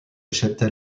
cheptel